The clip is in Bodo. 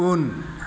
उन